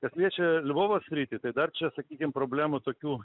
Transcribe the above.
kas liečia lvovo sritį tai dar čia sakykim problemų tokių